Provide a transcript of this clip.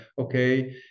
okay